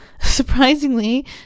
Surprisingly